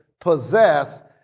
possessed